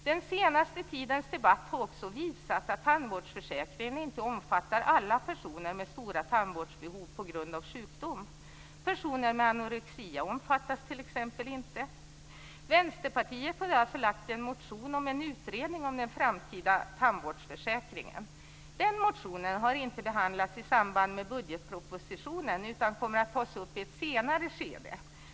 Den senaste tidens debatt har också visat att tandvårdsförsäkringen inte omfattar alla personer med stora tandvårdsbehov på grund av sjukdom. Personer med anorexi omfattas t.ex. inte. Vänsterpartiet har därför väckt en motion om en utredning om den framtida tandvårdsförsäkringen. Den motionen har inte behandlats i samband med budgetpropositionen utan kommer att tas upp i ett senare skede.